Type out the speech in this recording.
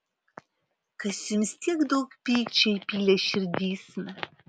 kas jums tiek daug pykčio įpylė širdysna